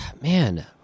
man